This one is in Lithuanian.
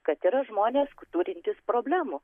kad yra žmonės turintys problemų